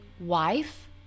wife